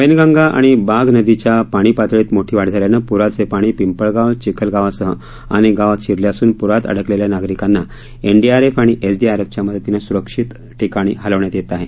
वैनगंगा आणि बाघ नदीच्या पाणी पातळीत मोठी वाढ झाल्यानं पुराचे पाणी पिंपळगाव चिखलगावसह अनेक गावात शिरले असून प्रात अडकलेल्या नागरिकांना एनडीआरएफ आणि एसडीआरएफच्या मदतीनं सुरक्षित ठिकाणी हलवण्यात येत आहे